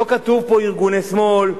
לא כתוב פה "ארגוני שמאל",